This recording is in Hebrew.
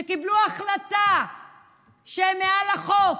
שקיבלו החלטה שהם מעל החוק.